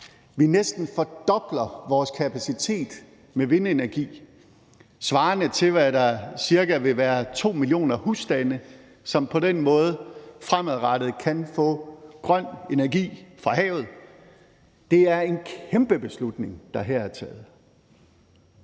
Vi næsten fordobler vores kapacitet med vindenergi svarende til, hvad der cirka vil være 2 millioner husstande, som på den måde fremadrettet kan få grøn energi fra havet. Det er en kæmpe beslutning, der her er taget.